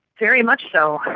very much so.